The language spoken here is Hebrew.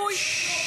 זה יהיה יותר טוב.